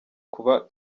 kuba